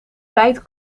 tijd